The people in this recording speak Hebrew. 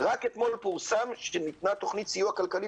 רק אתמול פורסם שיתנה תוכנית סיוע כלכלי